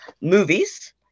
movies